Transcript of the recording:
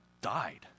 died